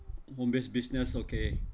home-based business okay